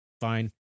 fine